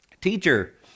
Teacher